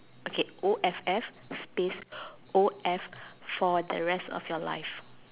okay O F F space O F for the rest of your life